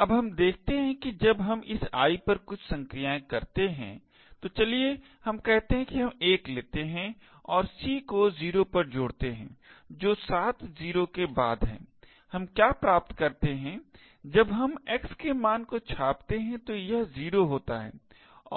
अब हम देखते हैं कि जब हम इस I पर कुछ संक्रियाएं करते हैं तो चलिए हम कहते हैं कि हम 1 लेते हैं और c को 0 पर जोड़ते हैं जो 7 0 के बाद है हम क्या प्राप्त करते हैं जब हम x के मान को छापते हैं तो यह 0 होता है